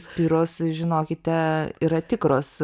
sferos žinokite yra tikros